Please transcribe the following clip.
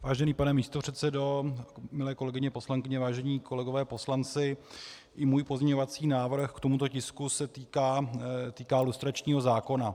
Vážený pane místopředsedo, milé kolegyně poslankyně, vážení kolegové poslanci, i můj pozměňovací návrh k tomuto tisku se týká lustračního zákona.